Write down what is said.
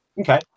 Okay